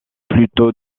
plutôt